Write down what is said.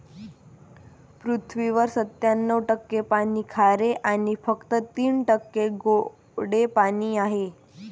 पृथ्वीवरील सत्त्याण्णव टक्के पाणी खारे आणि फक्त तीन टक्के गोडे पाणी आहे